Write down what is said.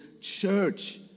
church